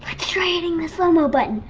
try hitting the slowmo button.